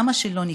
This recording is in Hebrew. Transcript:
למה שלא נקבע,